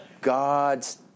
God's